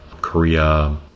Korea